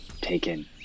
taken